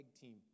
team